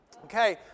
Okay